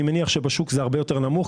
אני מניח שבשוק זה הרבה יותר נמוך.